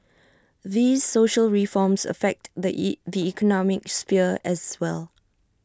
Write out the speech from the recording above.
these social reforms affect the E the economic sphere as well